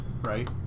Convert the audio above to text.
Right